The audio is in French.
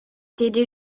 déjà